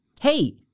Hey